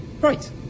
Right